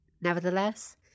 Nevertheless